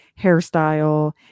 hairstyle